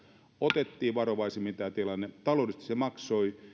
otettiin varovaisemmin tämä tilanne taloudellisesti se maksoi